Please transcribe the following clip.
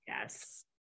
Yes